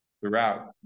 throughout